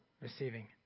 receiving